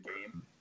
game